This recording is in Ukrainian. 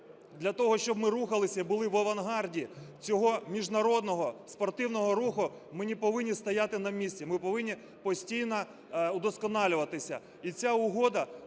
для того, щоб ми рухалися і були в авангарді цього міжнародного спортивного руху, ми не повинні стояти на місці, ми повинні постійно удосконалюватися.